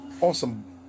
Awesome